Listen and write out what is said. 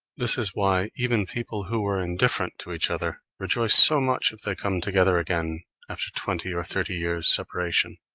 this is why even people who were indifferent to each other, rejoice so much if they come together again after twenty or thirty years' separation.